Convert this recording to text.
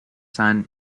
signed